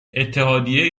اتحادیه